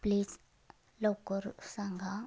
please लवकर सांगा